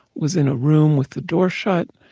was in a room with the door shut,